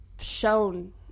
shown